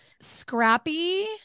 Scrappy